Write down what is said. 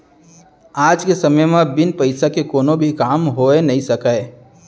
आज के समे म बिन पइसा के कोनो भी काम होइ नइ सकय